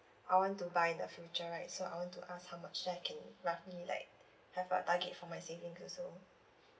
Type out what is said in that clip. I want to buy in the future right so I want to ask how much then I can roughly like have a target for my savings also